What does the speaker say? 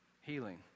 Healing